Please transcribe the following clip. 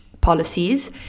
policies